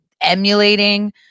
emulating